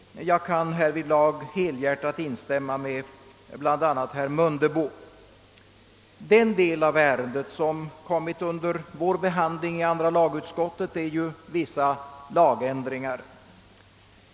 Jag kan härvidlag helhjärtat instämma med bland andra herr Mundebo. Den del av ärendet som kommit under vår behandling i andra lagutskottet avser ju vissa lagändringar.